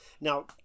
Now